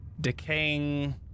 decaying